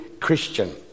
Christian